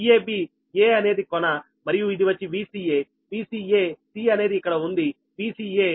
Vab a అనేది కొన మరియు ఇది వచ్చి Vca Vca c అనేది ఇక్కడ ఉంది Vca